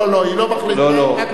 היא לא מחליטה, היא רק נותנת